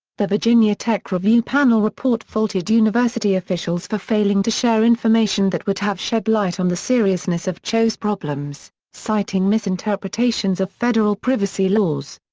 the virginia tech review panel report faulted university officials for failing to share information that would have shed light on the seriousness of cho's problems, citing misinterpretations of federal privacy laws.